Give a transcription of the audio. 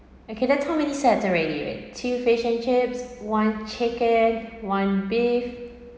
okay there's how many sets already two fish and chips one chicken one beef